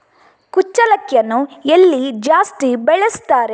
ಕುಚ್ಚಲಕ್ಕಿಯನ್ನು ಎಲ್ಲಿ ಜಾಸ್ತಿ ಬೆಳೆಸ್ತಾರೆ?